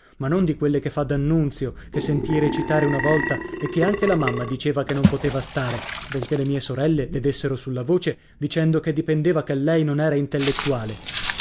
ma non di quelle che fa d'annunzio che sentii recitare una volta e che anche la mamma diceva che non poteva stare benché le mie sorelle le dessero sulla voce dicendo che dipendeva che lei non era intellettuale